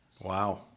Wow